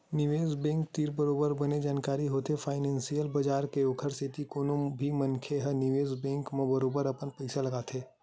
निवेस बेंक तीर बरोबर बने जानकारी होथे फानेंसियल बजार के ओखर सेती कोनो भी मनखे ह निवेस बेंक म बरोबर अपन पइसा लगाथे